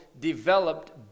developed